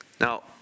Now